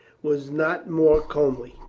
was not more comely.